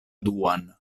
duan